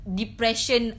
depression